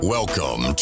Welcome